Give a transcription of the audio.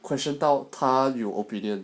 question 到他有 opinion